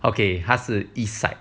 okay 他是 east side